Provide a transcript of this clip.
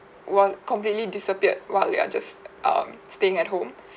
will completely disappeared while we are just um staying at home